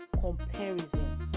comparison